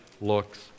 looks